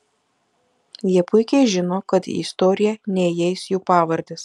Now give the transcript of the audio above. jie puikiai žino kad į istoriją neįeis jų pavardės